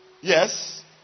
yes